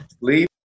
Leave